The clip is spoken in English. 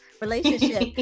relationship